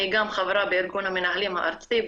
אני גם חברה בארגון המנהלים הארצי,